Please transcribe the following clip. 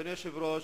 אדוני היושב-ראש,